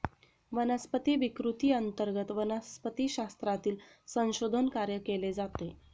वनस्पती विकृती अंतर्गत वनस्पतिशास्त्रातील संशोधन कार्य केले जाते